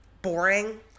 Boring